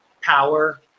power